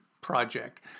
project